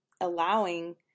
allowing